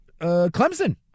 Clemson